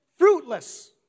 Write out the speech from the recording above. fruitless